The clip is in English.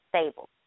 stable